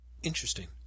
interesting